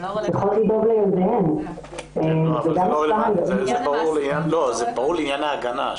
זה ברור לעניין ההגנה.